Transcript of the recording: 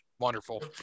Wonderful